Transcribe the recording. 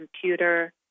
computer